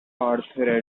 arthur